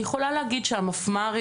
אני יכולה להגיד שהמפמ"רים,